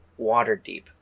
Waterdeep